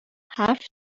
حرف